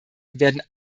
werden